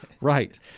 Right